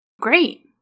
Great